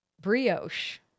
brioche